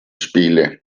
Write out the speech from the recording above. spiele